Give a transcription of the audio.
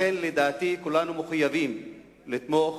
לכן לדעתי כולנו מחויבים לתמוך